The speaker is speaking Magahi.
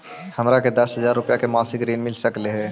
हमरा के दस हजार रुपया के मासिक ऋण मिल सकली हे?